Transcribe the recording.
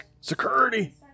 Security